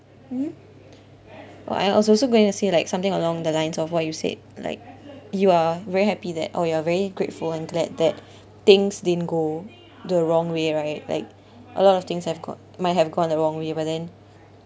mm !wah! I was also going to say like something along the lines of what you said like you're very happy that or you are very grateful and glad that things didn't go the wrong way right like a lot of things have got might have gone the wrong way but then